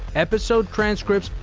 episode transcripts,